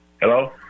hello